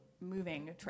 moving